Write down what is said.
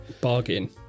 Bargain